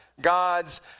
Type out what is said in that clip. gods